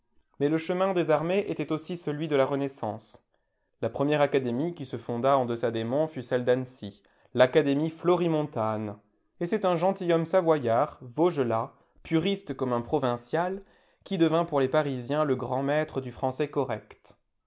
mais le chemin des armées était aussi celui de la renaissance la première académie qui se fonda en deçà des monts fut celle d'annecy l'académie florimontane et c'est un gentilhomme savoyard vaugelas puriste comme un provincial qui devint pour les parisiens le grand maître du français correct